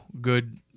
good